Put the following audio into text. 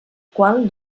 qual